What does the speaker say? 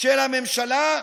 של הממשלה,